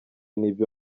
n’ibyo